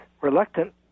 reluctant